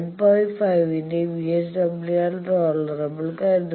5 ന്റെ VSWR tolerable ആണെന്ന് കരുതുക